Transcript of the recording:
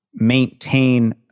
maintain